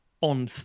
on